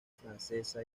francesa